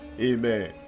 Amen